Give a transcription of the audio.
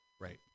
Right